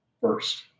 first